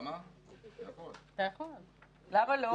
למה לא?